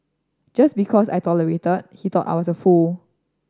just because I tolerated he thought I was a fool